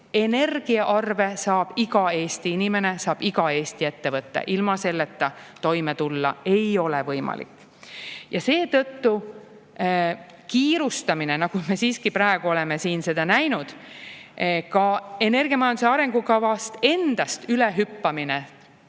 Energiaarve saab iga Eesti inimene, saab iga Eesti ettevõte. Ilma selleta toime tulla ei ole võimalik. Ja seetõttu kiirustamine, nagu me praegu oleme näinud, ka energiamajanduse arengukavast üle hüppamine,